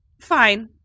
fine